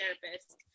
therapist